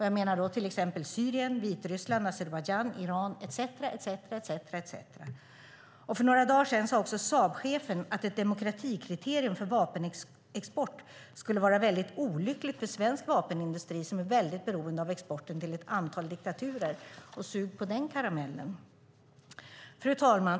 Jag menar då länder som Syrien, Vitryssland, Azerbajdzjan, Iran etcetera. För några dagar sedan sade också Saabchefen att ett demokratikriterium för vapenexport skulle vara mycket olyckligt för svensk vapenindustri, som är mycket beroende av exporten till ett antal diktaturer. Sug på den karamellen. Fru talman!